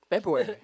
February